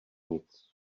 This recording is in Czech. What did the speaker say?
nic